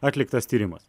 atliktas tyrimas